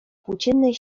płóciennej